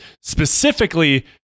specifically